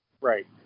Right